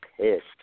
pissed